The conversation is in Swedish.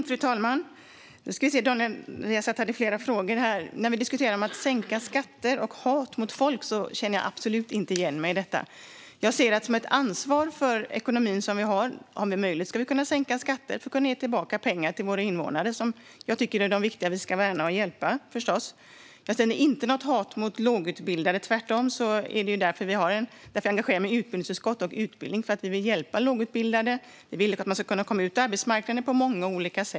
Fru talman! Daniel Riazat ställde flera frågor. När det talas om sänkta skatter och hat mot folk känner jag absolut inte igen mig. Jag ser det som ett ekonomiskt ansvar. Har vi möjlighet ska vi kunna sänka skatter för att ge tillbaka pengar till våra invånare som det är viktigt att värna och hjälpa. Det finns alltså inte något hat mot lågutbildade, tvärtom. Det är därför som jag engagerar mig i utbildningsutskottet. Vi vill hjälpa lågutbildade på många olika sätt för att de ska kunna komma ut på arbetsmarknaden.